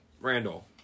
Randall